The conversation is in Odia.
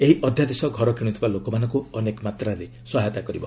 ଏହି ଅଧ୍ୟାଦେଶ ଘର କିଣୁଥିବା ଲୋକମାନଙ୍କୁ ଅନେକ ମାତ୍ରାରେ ସହାୟତା କରିବ